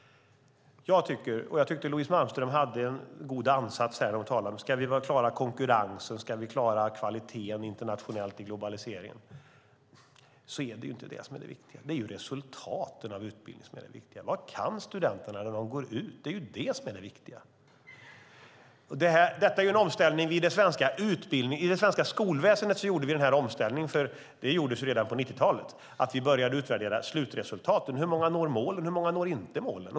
Jag tyckte att Louise Malmström hade en god ansats när hon talade om att klara konkurrensen och klara kvaliteten internationellt i globaliseringen. Men det är inte det viktiga, utan det är resultaten av utbildningen som är det viktiga. Vad kan studenterna när de går ut? Det är ju det viktiga! I det svenska skolväsendet gjorde vi en omställning redan på 90-talet, när vi började utvärdera slutresultaten: Hur många når målen? Hur många når inte målen?